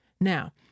Now